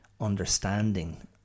understanding